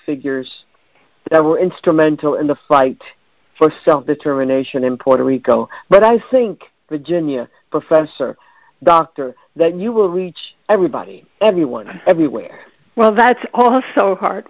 figures that were instrumental in the fight for self determination in puerto rico but i think virginia professor dr that you will reach everybody everyone everywhere well that's also heart